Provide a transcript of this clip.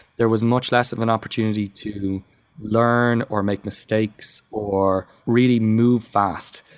there was much less of an opportunity to learn or make mistakes or really move fast.